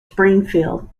springfield